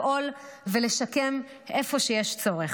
לפעול ולשקם איפה שיש צורך.